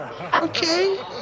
Okay